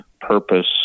purpose